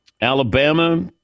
Alabama